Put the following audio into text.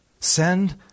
Send